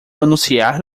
anunciar